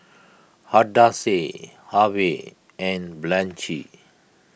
Hadassah Harvey and Blanchie